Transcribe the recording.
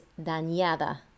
dañada